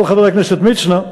אבל, חבר הכנסת מצנע,